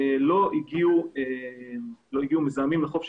לא הגיעו מזהמים לחוף.